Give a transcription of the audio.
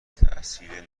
تاثیر